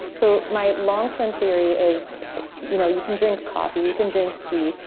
so my long-term theory is you know you can drink coffee, you can drink tea,